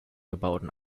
gebauten